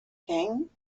king